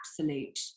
absolute